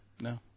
No